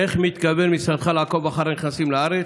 1. איך מתכוון משרדך לעקוב אחרי הנכנסים לארץ?